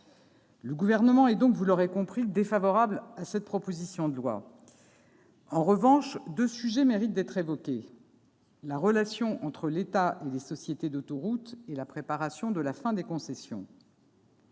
Le Gouvernement est donc, vous l'aurez compris, défavorable à cette proposition de loi. En revanche, deux sujets méritent d'être évoqués : la relation entre l'État et les sociétés d'autoroutes, et la préparation de la fin des concessions.